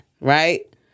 Right